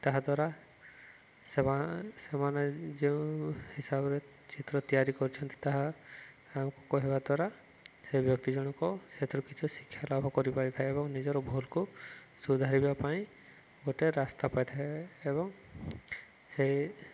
ତାହା ଦ୍ୱାରା ସେମାନେ ସେମାନେ ଯେଉଁ ହିସାବରେ ଚିତ୍ର ତିଆରି କରିଛନ୍ତି ତାହା ଆମକୁ କହିବା ଦ୍ୱାରା ସେ ବ୍ୟକ୍ତି ଜଣଙ୍କୁ ସେଥିରୁ କିଛି ଶିକ୍ଷା ଲାଭ କରିପାରିଥାଏ ଏବଂ ନିଜର ଭୁଲକୁ ସୁଧାରିବା ପାଇଁ ଗୋଟେ ରାସ୍ତା ପାଇଥାଏ ଏବଂ ସେ